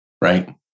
right